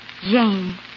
Jane